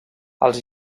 els